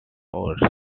force